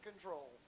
control